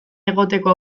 egoteko